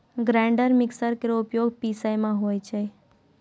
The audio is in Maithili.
ग्राइंडर मिक्सर केरो उपयोग पिसै म होय छै